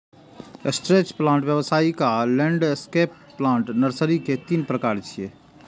stretch plant, व्यावसायिक आ landscape plant nursery के तीन प्रकार छियै